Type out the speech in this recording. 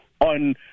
on